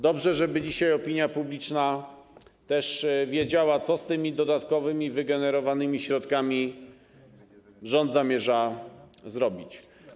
Dobrze, żeby dzisiaj opinia publiczna też wiedziała, co z tymi dodatkowo wygenerowanymi środkami rząd zamierza zrobić.